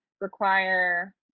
require